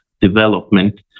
development